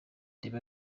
reba